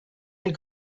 and